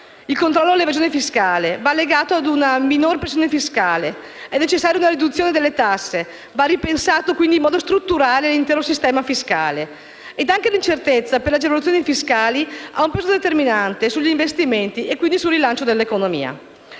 Il controllo dell'evasione fiscale va legato a una minore pressione fiscale. È necessaria una riduzione delle tasse e va ripensato in modo strutturale l'intero sistema fiscale. Anche l'incertezza per le agevolazioni fiscali ha un peso determinante sugli investimenti e, quindi, sul rilancio dell'economia.